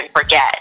forget